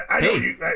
Hey